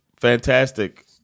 Fantastic